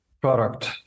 product